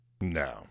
No